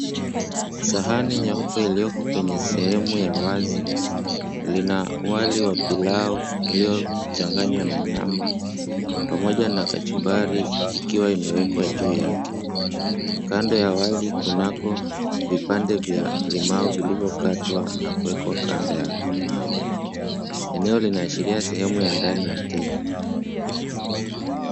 Sahani nyeupe iliyoko kwenye sehemu ya wazi lina wali wa pilau iliyochanganywa na nyama pamoja na kachumbari ikiwa imewekwa juu yake. Kando ya wali kunako vipande vya limau vilivyokatwa na kuwekwa kando yake. Eneo linaashiria sehemu ya ndani ya hoteli